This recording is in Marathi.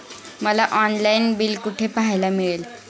मला ऑनलाइन बिल कुठे पाहायला मिळेल?